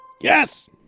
Yes